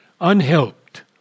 unhelped